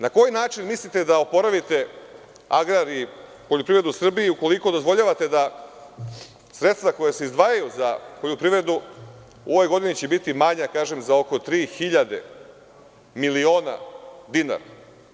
Na koji način mislite da oporavite agrar i poljoprivredu u Srbiji, ukoliko dozvoljavate da sredstva koja se izdvajaju za poljoprivredu u ovoj godini će biti manja za ko tri hiljade miliona dinara?